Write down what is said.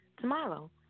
tomorrow